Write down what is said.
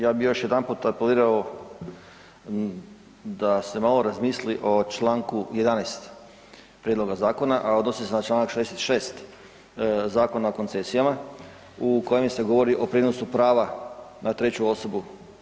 Ja bih još jedanput apelirao da se malo razmisli o čl. 11. prijedloga zakona, a odnosi se na čl. 6. Zakona o koncesijama u kojem se govori o prijenosu prava na treću osobu.